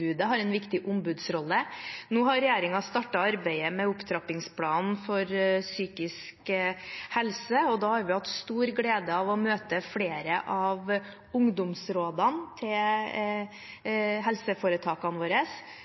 har en viktig ombudsrolle. Nå har regjeringen startet arbeidet med opptrappingsplanen for psykisk helse, og vi har hatt stor glede av å møte flere av ungdomsrådene i helseforetakene våre,